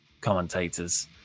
commentators